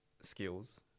skills